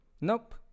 nope